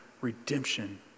redemption